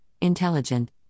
intelligent